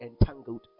entangled